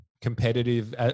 competitive